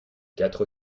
quatre